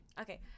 Okay